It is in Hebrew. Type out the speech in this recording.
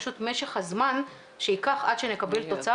פשוט משך הזמן שייקח עד שנקבל תוצאה,